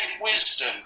wisdom